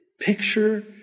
picture